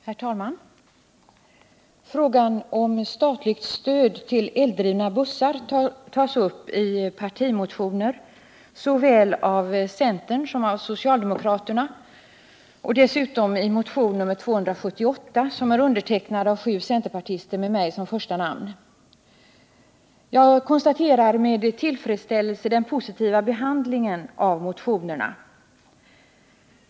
Herr talman! Frågan om statligt stöd till eldrivna bussar tas upp i partimotioner såväl av centern som av socialdemokraterna och dessutom i motionen 278, som är undertecknad av sju centerpartister med mig som första namn. Jag konstaterar med tillfredsställelse den positiva behandlingen av motionerna.